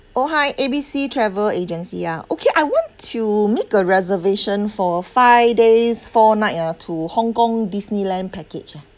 oh hi A B C travel agency ya okay I want to make a reservation for five days four night ah to hong kong disneyland package ah